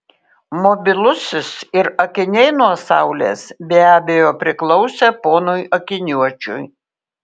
mobilusis ir akiniai nuo saulės be abejo priklausė ponui akiniuočiui